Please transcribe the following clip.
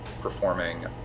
performing